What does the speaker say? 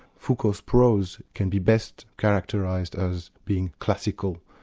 foucault's prose can be best characterised as being classical,